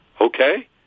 Okay